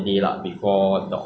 自然讲英